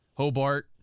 Hobart